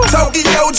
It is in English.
Tokyo